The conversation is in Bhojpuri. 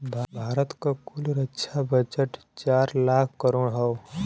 भारत क कुल रक्षा बजट चार लाख करोड़ हौ